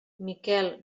miquel